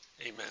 Amen